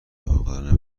عاقلانه